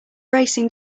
racing